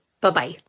Bye-bye